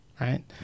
right